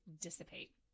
dissipate